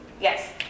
Yes